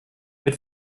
mit